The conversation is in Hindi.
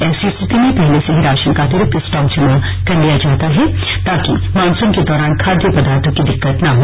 ऐसी स्थिति में पहले से ही राशन का अतिरिक्त स्टॉक जमा कर लिया जाता है ताकि मानसून के दौरान खाद्य पदार्थों की दिक्कत न हो